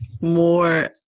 more